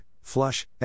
flush